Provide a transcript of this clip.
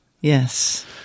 Yes